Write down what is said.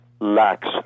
lacks